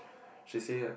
she say like